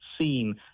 seen